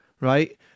right